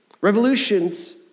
Revolutions